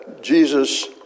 Jesus